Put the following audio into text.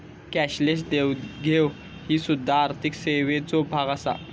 cashless देवघेव ही सुध्दा आर्थिक सेवेचो भाग आसा